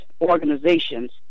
organizations